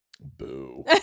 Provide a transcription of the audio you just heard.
Boo